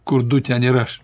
kur du ten ir aš